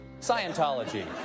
Scientology